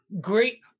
great